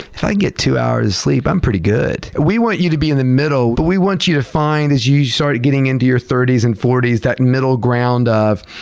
if i get two hours sleep, i'm pretty good. and we want you to be in the middle. but we want you to find, as you start getting into your thirty s and forty s, that middle ground of,